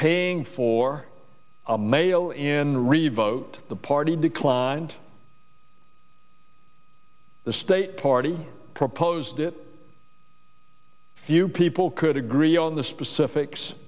paying for a mail in revoked the party declined the state party proposed it few people could agree on the specifics